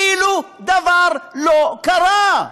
כאילו דבר לא קרה.